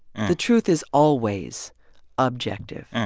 the truth is always objective.